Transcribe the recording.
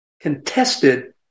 contested